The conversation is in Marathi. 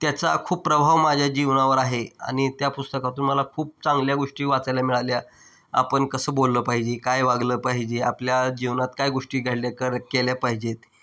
त्याचा खूप प्रभाव माझ्या जीवनावर आहे आणि त्या पुस्तकातून मला खूप चांगल्या गोष्टी वाचायला मिळाल्या आपण कसं बोललं पाहिजे काय वागलं पाहिजे आपल्या जीवनात काय गोष्टी घडल्या करे केल्या पाहिजेत